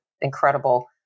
incredible